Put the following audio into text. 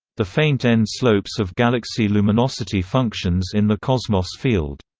the faint-end slopes of galaxy luminosity functions in the cosmos field.